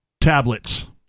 Tablets